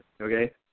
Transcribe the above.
Okay